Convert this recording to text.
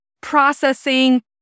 processing